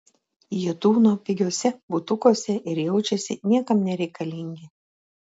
jie tūno pigiuose butukuose ir jaučiasi niekam nereikalingi